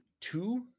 two